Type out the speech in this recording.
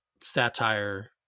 satire